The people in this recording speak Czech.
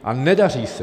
A nedaří se.